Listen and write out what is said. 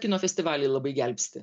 kino festivaliai labai gelbsti